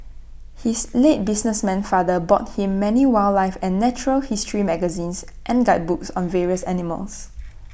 his late businessman father bought him many wildlife and natural history magazines and guidebooks on various animals